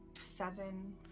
Seven